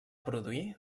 produir